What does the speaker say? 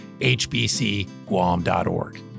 hbcguam.org